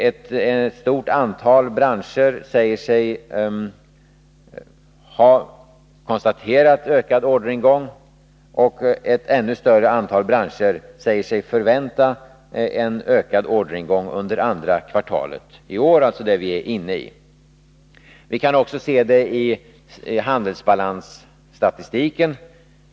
Ett stort antal branscher säger sig ha konstaterat ökad orderingång, och ett ännu större antal branscher säger sig förvänta en ökad orderingång under andra kvartalet i år, alltså det kvartal som vi är inne i. Att en förbättring är på väg kan vi också se i handelsbalansstatistiken.